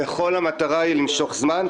וכל המטרה היא למשוך זמן,